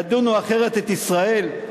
ידונו אחרת את ישראל?